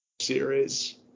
Series